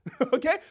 Okay